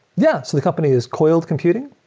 yeah. so the company is coiled computing,